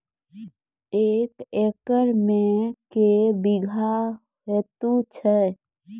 एक एकरऽ मे के बीघा हेतु छै?